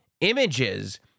images